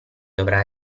dovrà